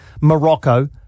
Morocco